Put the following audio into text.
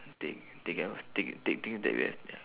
take thing else take take things that we have ya